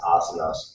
asanas